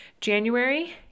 January